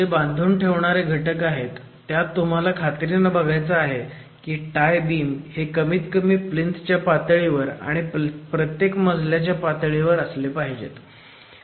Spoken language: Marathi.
जे बांधून ठेवणारे घटक आहेत त्यात तुम्हाला खात्रीने बघायचं आहे की टाय बीम हे कमीत कमी प्लीन्थच्या पातळीवर आणि प्रत्येक मजल्याच्या पातळीवर असले पाहिजेत